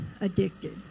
addicted